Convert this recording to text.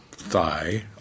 Thigh